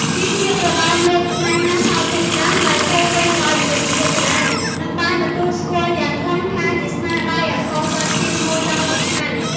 វាជាប្រលោមលោកស្នេហាសោកនាដកម្មដែលពោរពេញដោយមនោសញ្ចេតនា និងបានទទួលស្គាល់យ៉ាងខ្លាំងថាជាស្នាដៃអក្សរសិល្ប៍ជាតិមួយដ៏សំខាន់។